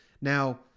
Now